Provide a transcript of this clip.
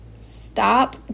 stop